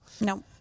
no